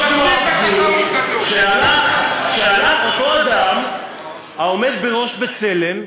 לא זו אף זו, הלך אותו אדם העומד בראש "בצלם"